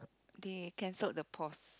they cancelled the pause